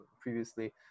previously